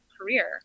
career